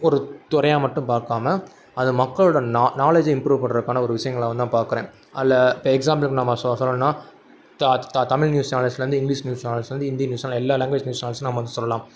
ஒரு துறையாக மட்டும் பார்க்காம அது மக்களோடய நா நாலெட்ஜை இம்ப்ரூவ் பண்ணுறதுக்கான ஒரு விஷயங்களாக வந்து நான் பார்க்குறேன் அதில் இப்போ எக்ஸாம்பிளுக்கு நம்ம சொல் சொல்லணும்ன்னா த த தமிழ் நியூஸ் சேனல்ஸ்லேருந்து இங்கிலீஷ் நியூஸ் சேனல்ஸ்லேருந்து ஹிந்தி நியூஸ் சேனல் எல்லாம் லாங்குவேஜ் நியூஸ் சேனல்ஸும் நம்ம வந்து சொல்லலாம்